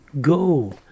go